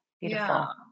Beautiful